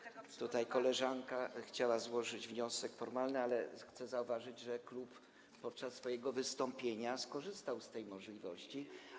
Tutaj koleżanka chciała złożyć wniosek formalny, ale chcę zauważyć, że klub podczas swojego wystąpienia skorzystał z tej możliwości.